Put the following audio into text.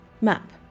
map